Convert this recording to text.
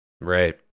right